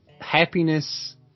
happiness –